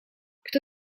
kto